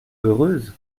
heureuse